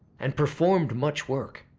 and performed much work.